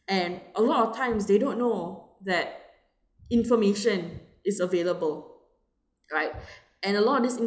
and a lot of times they don't know that information is available right and a lot of this in~